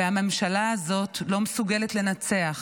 והממשלה הזאת לא מסוגלת לנצח.